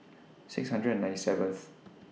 six hundred and ninety seventh